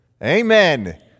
Amen